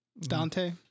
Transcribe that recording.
Dante